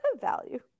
value